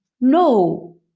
no